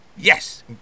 Yes